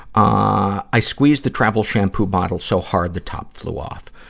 ah i squeezed the travel shampoo bottle so hard, the top flew off.